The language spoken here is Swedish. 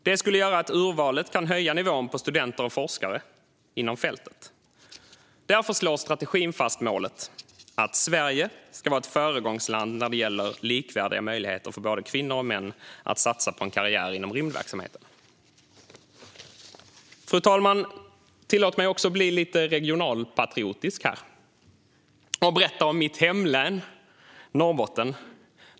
Det skulle göra att urvalet kan höja nivån på studenter och forskare inom fältet. Därför slår strategin fast målet att Sverige ska vara ett föregångsland när det gäller likvärdiga möjligheter för både kvinnor och män att satsa på en karriär inom rymdverksamheten. Fru talman! Tillåt mig också att bli lite regionalpatriotisk och berätta om mitt hemlän: Norrbotten.